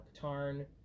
Katarn